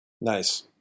Nice